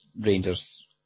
Rangers